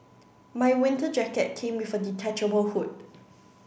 my winter jacket came with a detachable hood